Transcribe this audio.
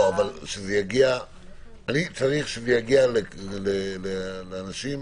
צריך שזה יגיע לאנשים